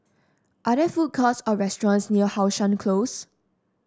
are there food courts or restaurants near How Sun Close